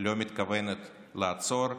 לא מתכוונת לעצור,